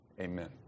amen